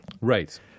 Right